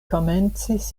komencis